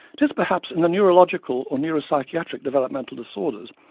it is perhaps in the neurological or neuropsychiatric developmental disorders,